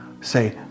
Say